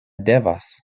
devas